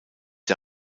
der